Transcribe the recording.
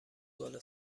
بالا